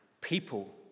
People